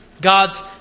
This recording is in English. God's